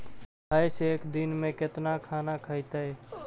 भैंस एक दिन में केतना खाना खैतई?